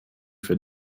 für